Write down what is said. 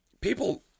people